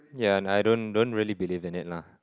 ya and I don't don't really believe in it lah